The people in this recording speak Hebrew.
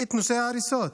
את נשוא ההריסות.